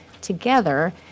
together